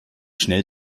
schnell